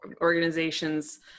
organizations